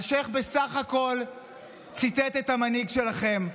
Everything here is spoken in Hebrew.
אלשיך בסך הכול ציטט את המנהיג שלכם,